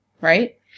right